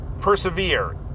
persevere